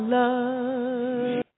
love